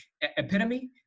epitome